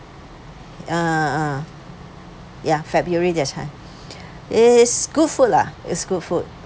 ah ya february that time is good food lah is good food